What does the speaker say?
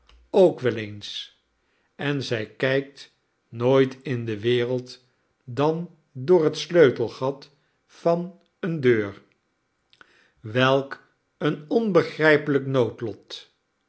de gravin eens en zij kijkt nooit in de wereld dan door het sleutelgat van eene deur welk een onbegrijpelijk noodlot